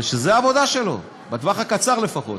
וזו העבודה שלו, בטווח הקצר לפחות: